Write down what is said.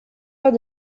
pas